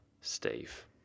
Steve